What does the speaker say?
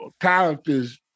characters